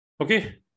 Okay